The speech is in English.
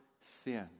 sin